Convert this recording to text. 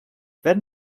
wenn